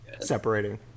separating